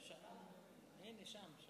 הינה, שם.